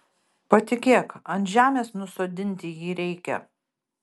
patikėk ant žemės nusodinti jį reikia